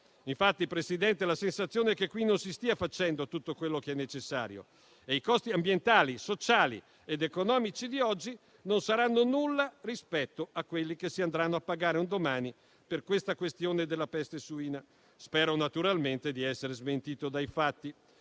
Infatti, signora Presidente, la sensazione è che qui non si stia facendo tutto quello che è necessario e i costi ambientali, sociali ed economici di oggi non saranno nulla rispetto a quelli che si andranno a pagare un domani per la questione della peste suina. Spero naturalmente di essere smentito dai fatti,